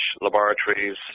laboratories